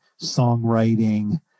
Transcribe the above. songwriting